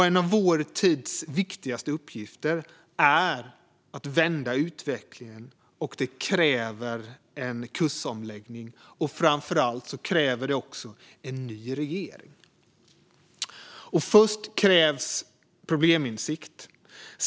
En av vår tids viktigaste uppgifter är att vända utvecklingen, och det kräver en kursomläggning. Framför allt kräver det en ny regering. Först krävs en probleminsikt.